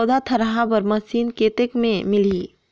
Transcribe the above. पौधा थरहा बर मशीन कतेक मे मिलही?